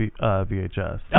VHS